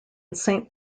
saint